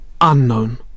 unknown